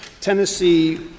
Tennessee